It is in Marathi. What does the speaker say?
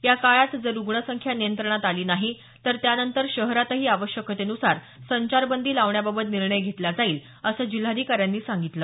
या काळात जर रुग्ण संख्या नियंत्रणात आली नाही तर त्यानंतर शहरातही आवश्यकतेनुसार संचारबंदी लावण्याबाबत निर्णय घेतला जाईल असं जिल्हाधिकाऱ्यांनी सांगितलं